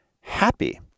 happy